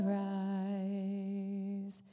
rise